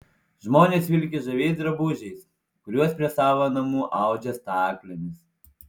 žmonės vilki žaviais drabužiais kuriuos prie savo namų audžia staklėmis